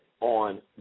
on